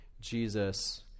Jesus